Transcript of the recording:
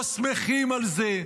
לא שמחים על זה.